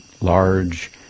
large